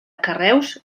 carreus